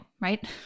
right